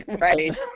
Right